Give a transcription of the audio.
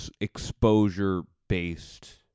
exposure-based